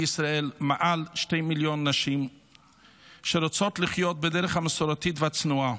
בישראל מעל שני מיליון נשים שרוצות לחיות בדרך המסורתית והצנועה.